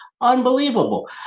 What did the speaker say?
unbelievable